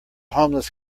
homeless